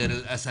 מדיר אל אסד,